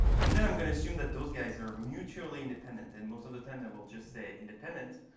and then i'm going to assume that those guys are mutually independent. and most of the time they will just say independent.